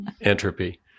entropy